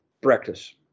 practice